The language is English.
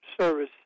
service